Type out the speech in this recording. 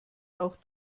auch